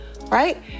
right